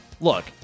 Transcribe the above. Look